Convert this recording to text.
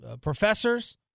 professors